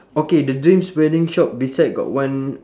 okay the dreams wedding shop besides got one